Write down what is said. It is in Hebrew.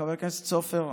חבר הכנסת סופר,